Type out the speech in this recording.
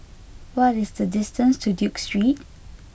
what is the distance to Duke Street